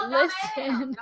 listen